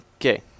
Okay